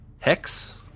Hex